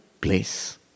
place